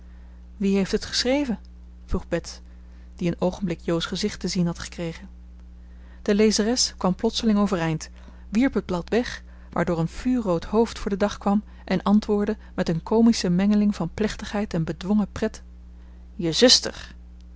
wie heeft het geschreven vroeg bets die een oogenblik jo's gezicht te zien had gekregen de lezeres kwam plotseling overeind wierp het blad weg waardoor een vuurrood hoofd voor den dag kwam en antwoordde met een comische mengeling van plechtigheid en bedwongen pret je zuster